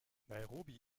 nairobi